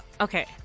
Okay